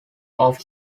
off